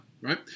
right